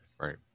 right